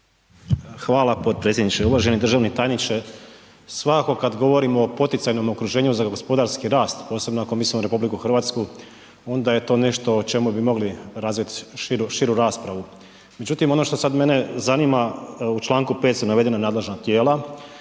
Hvala potpredsjedniče. Uvaženi državni tajniče. Svakako kada govorimo o poticajnom okruženju za gospodarski rast, posebno ako mislimo na RH onda je to nešto o čemu bi mogli razviti širu raspravu. Međutim, ono što sada mene zanima u čl. 5. su navedena nadležna tijela